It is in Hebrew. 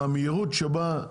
והמהירות שבה,